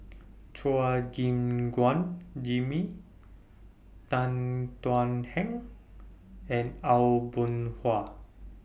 Chua Gim Guan Jimmy Tan Thuan Heng and Aw Boon Haw